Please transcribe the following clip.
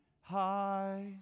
high